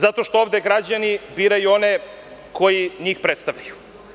Zato što ovde građani biraju one koji njih predstavljaju.